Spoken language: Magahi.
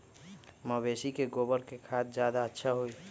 मवेसी के गोबर के खाद ज्यादा अच्छा होई?